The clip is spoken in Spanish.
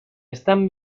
están